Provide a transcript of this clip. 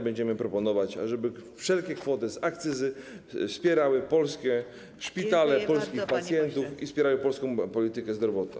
Będziemy proponować też takie rozwiązanie, żeby wszelkie kwoty z akcyzy wspierały polskie szpitale, polskich pacjentów i wspierały polską politykę zdrowotną.